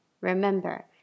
remember